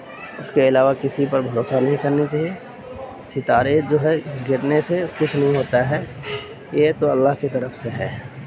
اس کے علاوہ کسی پر بھروسہ نہیں کرنی چاہیے ستارے جو ہے گرنے سے کچھ نہیں ہوتا ہے یہ تو اللہ کی طرف سے ہے